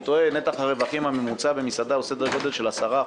טועה מתח הרווחים הממוצע במסעדה הוא סדר גודל של 10%,